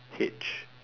H